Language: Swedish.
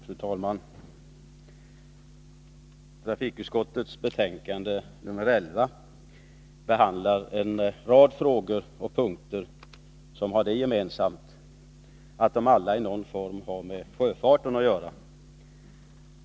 Fru talman! Trafikutskottets betänkande nr 11 behandlar en rad frågor och punkter som har det gemensamt att de alla i någon form har med sjöfarten att göra.